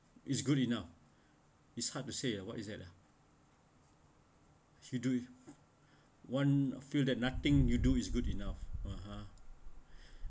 it's good enough it's hard to say ah what is at ah should do it one feel that nothing you do is good enough (uh huh)